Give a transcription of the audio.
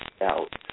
out